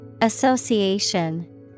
Association